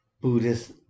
Buddhist